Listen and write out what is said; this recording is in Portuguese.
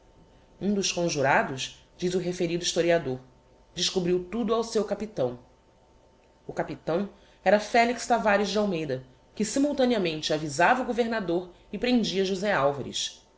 um dos conjurados diz o referido historiador descobriu tudo ao seu capitão o capitão era felix tavares de almeida que simultaneamente avisava o governador e prendia josé alvares